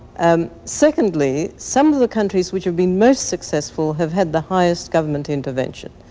um secondly, some of the countries which have been most successful have had the highest government intervention.